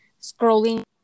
scrolling